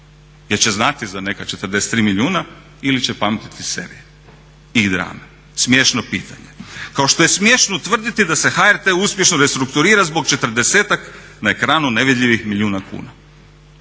Jel će znati za neka 43 milijuna ili će pamtiti serije i drame? Smiješno pitanje. Kao što je smiješno tvrditi da se HRT uspješno restrukturira zbog 40-ak na ekranu nevidljivih milijuna kuna.